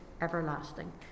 everlasting